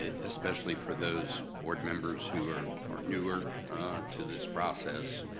especially for those board members who are are newer to this process,